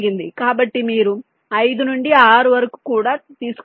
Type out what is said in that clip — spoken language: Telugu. కాబట్టి మీరు 5 నుండి 6 వరకు కూడా తీసుకోవచ్చు